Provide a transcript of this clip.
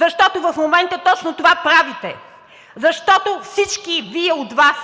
защото в момента точно това правите! Защото всички от Вас